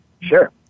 sure